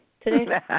today